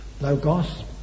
Logos